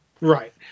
Right